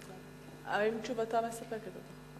האם תשובתה מספקת אותך?